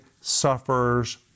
suffers